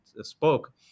spoke